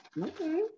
Okay